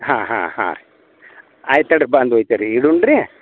ಹಾಂ ಹಾಂ ಹಾಂ ರೀ ಆಯ್ತು ಹೇಳ್ರಿ ಬಂದು ಒಯ್ತಾರಿ ಇಡೂಣ ರೀ